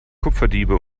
kupferdiebe